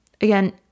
Again